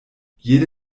jede